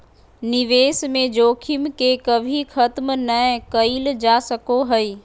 निवेश में जोखिम के कभी खत्म नय कइल जा सको हइ